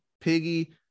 Piggy